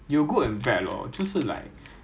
ya so actually the difference not very big